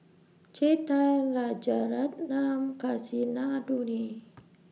Chetan Rajaratnam Kasinadhuni